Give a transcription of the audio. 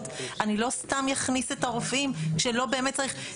אני לא סתם אכניס את הרופאים שלא באמת צריך.